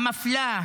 המפלה,